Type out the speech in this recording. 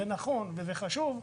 שזה נכוו וחשוב,